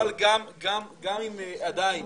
בפועל גם אם עדיין